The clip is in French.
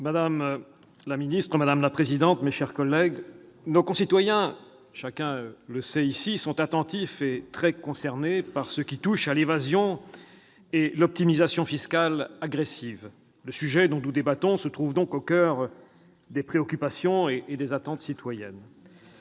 Madame la présidente, madame la secrétaire d'État, mes chers collègues, nos concitoyens- chacun le sait ici -sont attentifs et très concernés par ce qui touche à l'évasion et l'optimisation fiscales agressives. Le sujet dont nous débattons se trouve donc au coeur des préoccupations et des attentes citoyennes.